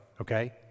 Okay